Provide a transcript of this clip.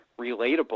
relatable